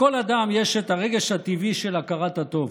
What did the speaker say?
לכל אדם יש את הרגש הטבעי של הכרת הטוב,